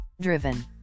driven